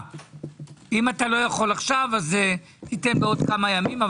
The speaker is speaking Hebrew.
אם אתה לא יכול עכשיו בעוד כמה ימים,